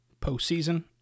postseason